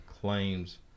claims